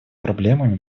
проблемами